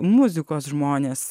muzikos žmonės